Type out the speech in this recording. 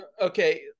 Okay